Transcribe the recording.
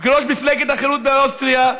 כראש מפלגת החירות באוסטריה,